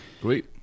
great